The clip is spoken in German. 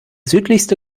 südlichste